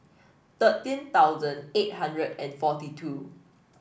thirteen thousand eight hundred and forty two